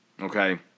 Okay